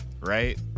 right